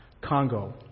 Congo